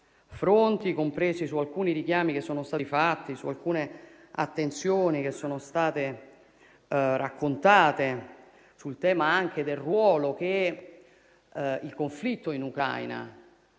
fronti, compresi alcuni richiami che sono stati fatti e alcune attenzioni che sono state raccontate, sul ruolo che il conflitto in Ucraina